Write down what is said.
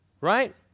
Right